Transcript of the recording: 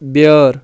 بیٚأر